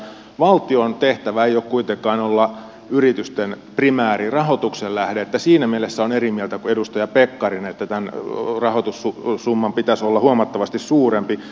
valtion tehtävä ei ole kuitenkaan olla yritysten primääri rahoituksen lähde joten siinä mielessä olen eri mieltä kuin edustaja pekkarinen että tämän rahoitussumman pitäisi olla huomattavasti suurempi